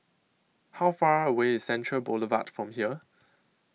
How Far away IS Central Boulevard from here